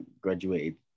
graduated